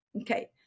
okay